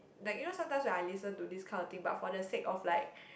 like you know sometimes when I listen to this kind of thing but for the sake of like